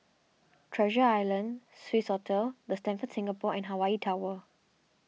Treasure Island Swissotel the Stamford Singapore and Hawaii Tower